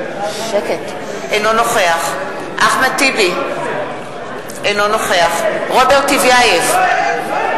אינו נוכח אחמד טיבי, אינו נוכח איפה ראש הממשלה?